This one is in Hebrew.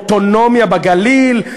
אוטונומיה בגליל.